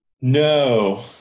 No